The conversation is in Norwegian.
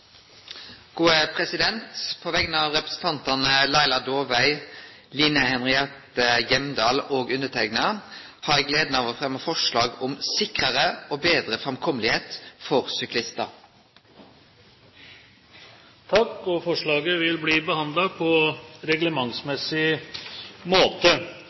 På vegner av representantane Laila Dåvøy, Line Henriette Hjemdal og underteikna har eg den gleda å fremje forslag om sikrare og betre framkommelegheit for syklistar. Forslaget vil bli behandlet på reglementsmessig måte.